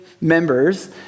members